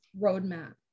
roadmap